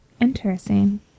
Interesting